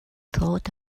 thought